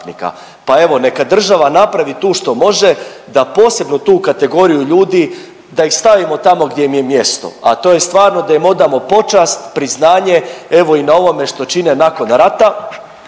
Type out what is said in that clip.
Pa evo, neka država napravi tu što može da posebnu tu kategoriju ljudi, da ih stavimo tamo gdje im je mjesto, a to je stvarno da im odamo počast, priznanje, evo i na ovome što čine nakon rata